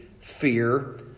fear